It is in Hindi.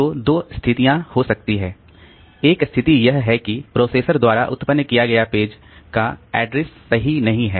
तो दो स्थितियां हो सकती है एक स्थिति यह है कि प्रोसेस द्वारा उत्पन्न किया गया पेज का एड्रेस सही नहीं है